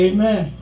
Amen